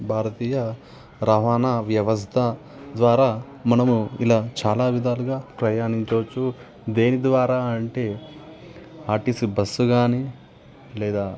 భారతీయ రవాణా వ్యవస్థ ద్వారా మనము ఇలా చాలా విధాలుగా ప్రయాణించవచ్చు దేని ద్వారా అంటే ఆర్టిసి బస్సు కానీ లేదా